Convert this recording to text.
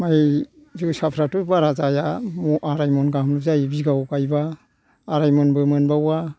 माइ जोसाफ्राथ' बारा जाया आरायमन गाहामल' जायो बिगायाव गायबा आरायमनबो मोनबावा